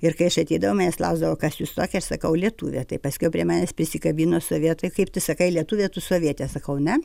ir kai aš ateidavau manęs klausdavo kas jūs tokia aš sakau lietuvė tai paskiau prie manęs prisikabino sovietai kaip tu sakai lietuvė tu sovietė sakau ne